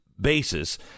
basis